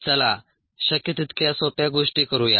चला शक्य तितक्या सोप्या गोष्टी करूया